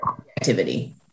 activity